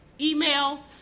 email